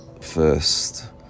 first